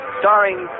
starring